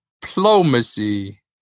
Diplomacy